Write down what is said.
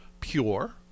Pure